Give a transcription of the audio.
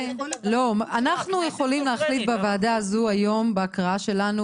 אנחנו יכולים להחליט בוועדה הזו היום בהקראה שלנו,